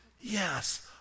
yes